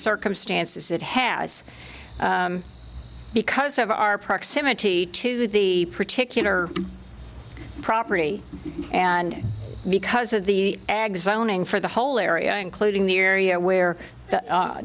circumstances it has because of our proximity to the particular property and because of the ag zoning for the whole area including the area where the